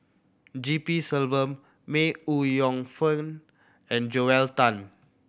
G P Selvam May Ooi Yong Fen and Joel Tan